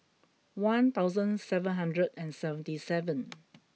one thousand seven hundred and seventy seven